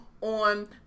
on